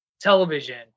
television